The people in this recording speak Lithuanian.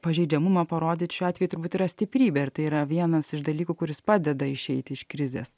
pažeidžiamumą parodyt šiuo atveju turbūt yra stiprybė ir tai yra vienas iš dalykų kuris padeda išeiti iš krizės